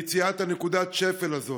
ליציאה מנקודת השפל הזאת.